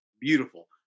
beautiful